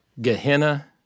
Gehenna